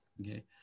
okay